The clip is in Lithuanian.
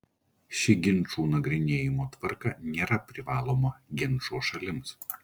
ši ginčų nagrinėjimo tvarka nėra privaloma ginčo šalims